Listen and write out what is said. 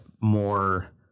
more